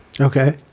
okay